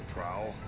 Prowl